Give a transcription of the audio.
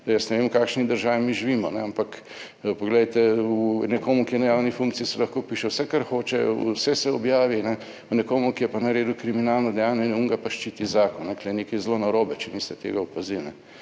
Jaz ne vem v kakšni državi mi živimo, ampak, poglejte, o nekomu, ki je na javni funkciji se lahko piše vse kar hoče, vse se objavi, o nekomu, ki je pa naredil kriminalno dejanje in on ga pa ščiti zakon. Tu je nekaj zelo narobe, če niste tega opazili.